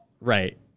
Right